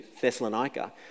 Thessalonica